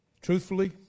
truthfully